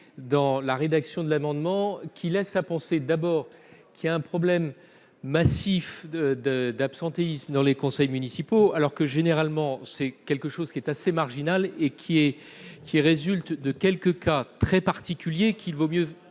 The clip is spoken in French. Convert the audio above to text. dans la rédaction de l'amendement qui laisse à penser d'abord qu'il y a un problème massif de de d'absentéisme dans les conseils municipaux, alors que généralement c'est quelque chose qui est assez marginal et qui, et qui résulte de quelques cas très particulier qu'il vaut mieux